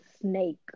snake